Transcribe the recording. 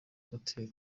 hotel